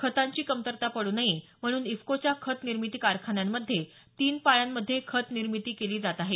खतांची कमतरता पडू नये म्हणून इफकोच्या खत निर्मिती कारखान्यांमध्ये तीन पाळ्यांमध्ये खत निर्मिती केली जात आहे